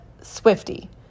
Swifty